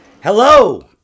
Hello